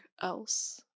else